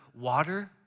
water